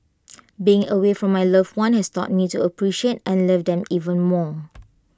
being away from my loved ones has taught me to appreciate and love them even more